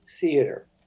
Theater